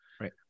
Right